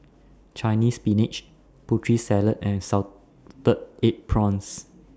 Chinese Spinach Putri Salad and Salted Egg Prawns